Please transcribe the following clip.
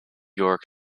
york